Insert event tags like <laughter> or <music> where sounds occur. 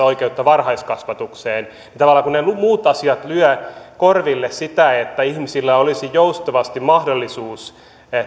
<unintelligible> oikeutta varhaiskasvatukseen tavallaan kun ne muut asiat lyövät korville sitä että ihmisillä olisi joustavasti mahdollisuus